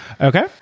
Okay